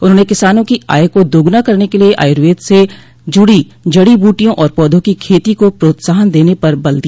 उन्होंने किसानों की आय को दोगना करने के लिये आयुर्वेद से जुड़ी जड़ी बूटियों और पौधों की खेती को प्रोत्साहन देने पर बल दिया